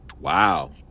wow